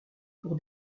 pour